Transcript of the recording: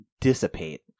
dissipate